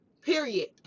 Period